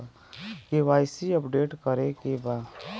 KYC update करे के बा?